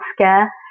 scare